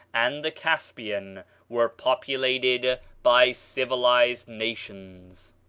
and the caspian were populated by civilized nations.